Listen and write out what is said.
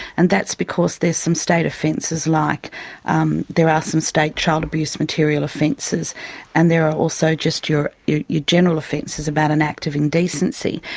and that's because there's some state offences like um there are some state child abuse material offences and there are also just your your general offences about an act of indecency,